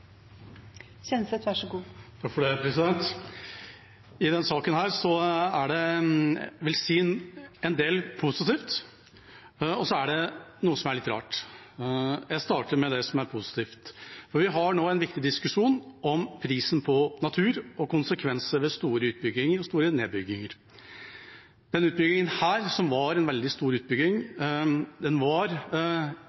positivt, og så er det noe som er litt rart. Jeg starter med det som er positivt. Vi har nå en viktig diskusjon om prisen på natur og konsekvenser ved store utbygginger og store nedbygginger. Denne utbyggingen, som var en veldig stor utbygging,